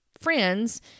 friends